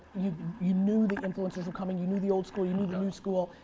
you you knew the influencers were coming, you knew the old school, you knew the new school.